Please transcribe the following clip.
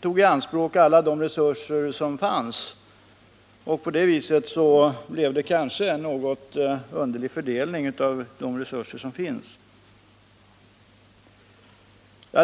tog i anspråk alla de resurser som fanns. På det viset blev det kanske en något underlig fördelning av de tillgängliga resurserna.